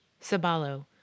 sabalo